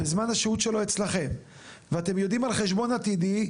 בזמן השהות שלו אצלכם ואתם יודעים על חשבון עתידי,